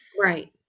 right